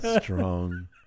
strong